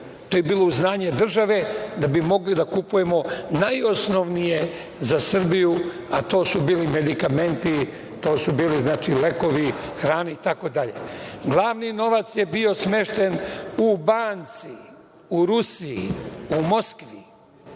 to je bilo uz znanje države da bi mogli da kupujemo najosnovnije za Srbiju, a to su bili medikamenti, to su bili lekovi, hrana itd. Glavni novac je bio smešten u banci, u Rusiji, u Moskvi